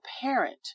parent